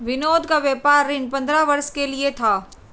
विनोद का व्यापार ऋण पंद्रह वर्ष के लिए था